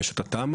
יש את התמ"א,